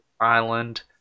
island